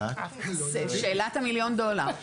שאלת המיליון דולר.